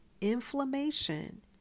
inflammation